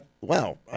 Wow